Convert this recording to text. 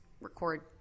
record